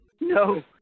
No